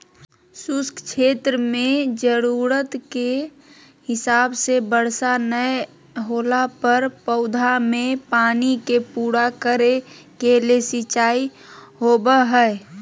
शुष्क क्षेत्र मेंजरूरत के हिसाब से वर्षा नय होला पर पौधा मे पानी के पूरा करे के ले सिंचाई होव हई